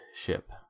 Ship